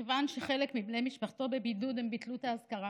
מכיוון שחלק מבני משפחתו בבידוד הם ביטלו את האזכרה.